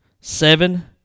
seven